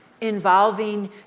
involving